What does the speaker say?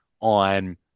on